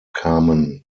kamen